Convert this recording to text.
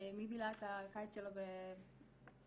בילה את הקיץ שלו בחו"ל,